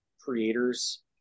creators